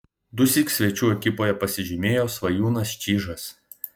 dusyk svečių ekipoje pasižymėjo svajūnas čyžas